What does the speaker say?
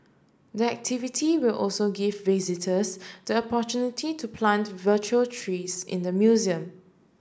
the activity will also give visitors the opportunity to plant virtual trees in the museum